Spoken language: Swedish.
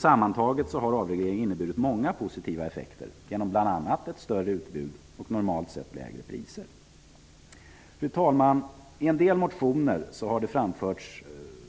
Sammantaget har avregleringen inneburit många positiva effekter, bl.a. genom att vi har fått ett större utbud och, i normalfallet, lägre priser. Fru talman! I en del motioner -- och det gäller då